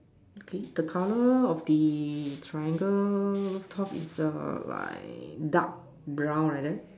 okay the color of the triangle rooftop is a like dark brown like that